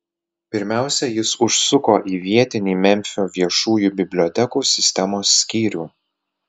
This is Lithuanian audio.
pirmiausia jis užsuko į vietinį memfio viešųjų bibliotekų sistemos skyrių